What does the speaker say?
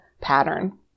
pattern